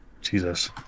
Jesus